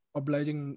obliging